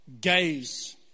gaze